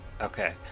Okay